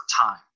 time